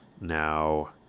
Now